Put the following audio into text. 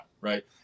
Right